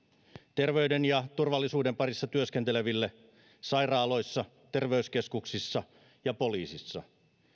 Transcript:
terveyden ja turvallisuuden parissa työskenteleville sairaaloissa terveyskeskuksissa ja poliisissa sekä